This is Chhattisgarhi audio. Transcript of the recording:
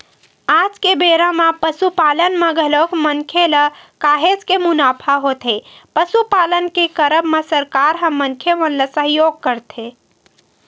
आज के बेरा म पसुपालन म घलोक मनखे ल काहेच के मुनाफा होथे पसुपालन के करब म सरकार ह मनखे मन ल सहयोग करथे